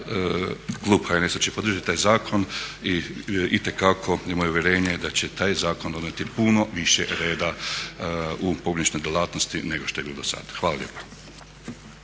klub HNS-a će podržati taj zakon i itekako imaju uvjerenje da će taj zakon donijeti puno više reda u pogrebničkoj djelatnosti nego što je bilo do sad. Hvala lijepa.